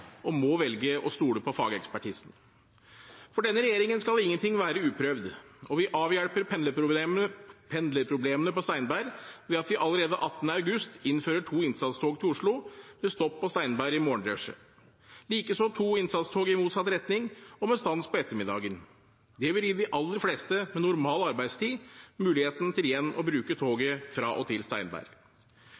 og må velge å stole på fagekspertisen. For denne regjeringen skal ingenting være uprøvd. Vi avhjelper pendlerproblemene på Steinberg ved at vi allerede 18. august innfører to innsatstog til Oslo med stopp på Steinberg i morgenrushet, likeså to innsatstog i motsatt retning og med stans på ettermiddagen. Det vil gi de aller fleste med normal arbeidstid muligheten til igjen å bruke toget fra og til Steinberg.